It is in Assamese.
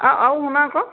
অঁ আৰু শুনা আকৌ